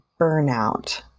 burnout